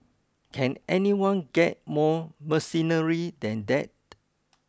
can anyone get more mercenary than that